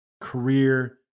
career